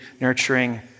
nurturing